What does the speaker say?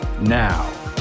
now